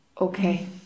Okay